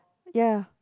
ya